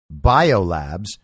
biolabs